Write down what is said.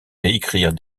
écrire